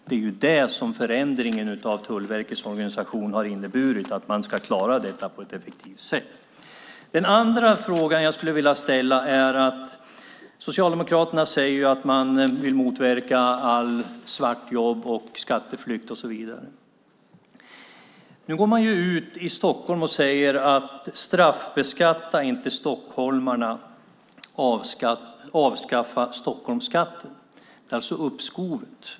Det är det som förändringen av Tullverkets organisation har inneburit, nämligen att klara detta på ett effektivt sätt. Den andra frågan jag vill ställa gäller att Socialdemokraterna säger att man vill motverka allt svartjobb och all skatteflykt och så vidare. Nu går man ut och säger att stockholmarna inte ska straffbeskattas - avskaffa Stockholmsskatten. Det gäller alltså uppskovet.